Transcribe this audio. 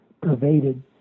pervaded